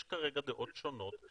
יש כרגע דאות שונות.